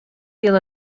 feel